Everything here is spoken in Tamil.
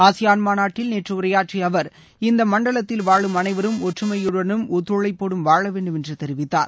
ஆசியான் மாநாட்டில் நேற்று உரையாற்றிய அவர் இந்தப மண்டலத்தில் வாழும் அனைவரும் ஒற்றுமையுடனும் ஒத்துழைப்போடும் வாழ வேண்டும் என்று தெரிவித்தார்